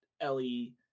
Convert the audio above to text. ellie